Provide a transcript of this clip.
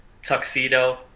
Tuxedo